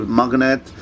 magnet